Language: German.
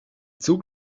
zug